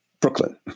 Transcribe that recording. Brooklyn